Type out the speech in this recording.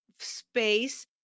Space